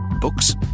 Books